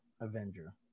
avenger